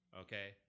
Okay